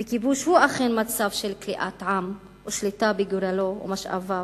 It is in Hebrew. וכיבוש הוא אכן מצב של כליאת עם ושליטה בגורלו ובמשאביו.